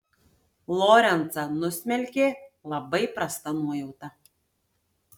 lorencą nusmelkė labai prasta nuojauta